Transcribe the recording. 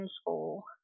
school